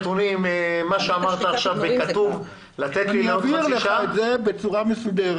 אני אעביר לך את זה בצורה מסודרת.